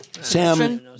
Sam